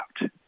out